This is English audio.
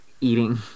eating